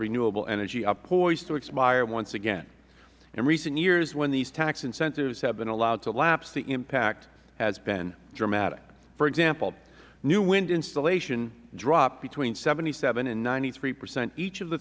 renewable energy are poised to expire once again in recent years when these tax incentives have been allowed to lapse the impact has been dramatic for example new wind installation dropped between seventy seven and ninety three percent each of the